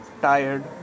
tired